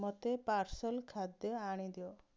ମତେ ପାର୍ସଲ୍ ଖାଦ୍ୟ ଆଣି ଦିଅ